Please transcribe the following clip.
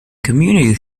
community